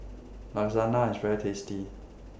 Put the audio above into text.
Lasagne IS very tasty